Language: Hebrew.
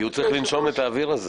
כי הוא צריך לנשום את האוויר הזה.